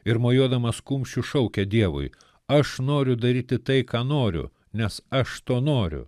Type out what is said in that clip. ir mojuodamas kumščiu šaukia dievui aš noriu daryti tai ką noriu nes aš to noriu